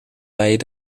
leien